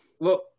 look